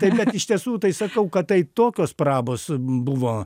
tai kad iš tiesų tai sakau kad tai tokios prabos buvo